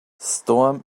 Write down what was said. storm